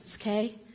okay